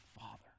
Father